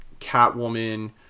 Catwoman